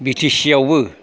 बि T C आवबो